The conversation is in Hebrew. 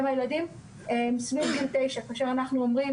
הם הילדים סביב גיל 9. כשאנחנו אומרים